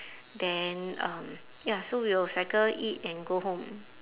then um ya so we will cycle eat and go home